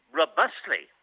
robustly